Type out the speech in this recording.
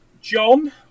john